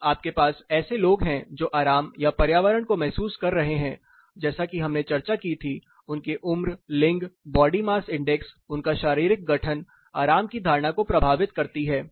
फिर आपके पास ऐसे लोग हैं जो आराम या पर्यावरण को महसूस कर रहे हैं जैसा कि हमने चर्चा की थी उनकी उम्र लिंग बॉडी मास इंडेक्स उनका शारीरिक गठन आराम की धारणा को प्रभावित करती है